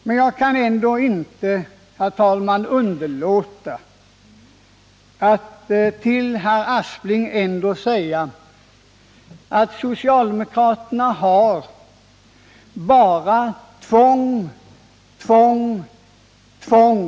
Men jag kan inte underlåta att till herr Aspling säga att vad socialdemokraterna har att komma med är bara tvång, tvång, tvång.